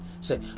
say